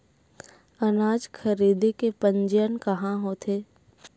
अनाज खरीदे के पंजीयन कहां होथे?